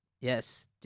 Yes